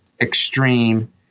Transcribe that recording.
extreme